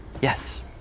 Yes